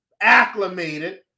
acclimated